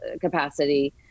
capacity